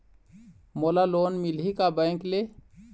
मोला लोन मिलही का बैंक ले?